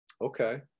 okay